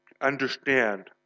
understand